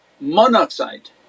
monoxide